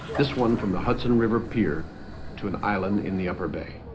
this one from the hudson river pier to an island in the upper bay